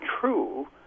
true